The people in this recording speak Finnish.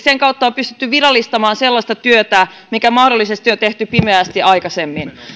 sen kautta on pystytty virallistamaan sellaista työtä mikä mahdollisesti on tehty pimeästi aikaisemmin